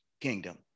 kingdom